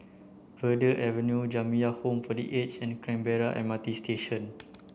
Verde Avenue Jamiyah Home for the Aged and Canberra M R T Station